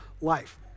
life